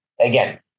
Again